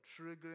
triggering